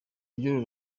ry’uru